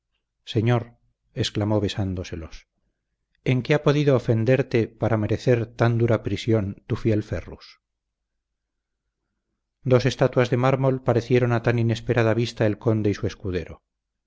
señor exclamó besándoselos en qué ha podido ofenderte para merecer tan dura prisión tu fiel ferrus dos estatuas de mármol parecieron a tan inesperada vista el conde y su escudero